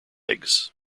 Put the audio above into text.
eggs